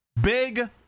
big